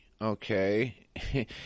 Okay